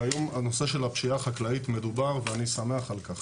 והיום הנושא של הפשיעה החקלאית מדובר ואני שמח על כך.